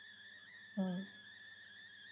mm